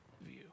view